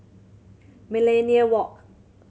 Millenia Walk